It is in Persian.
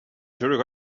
شروع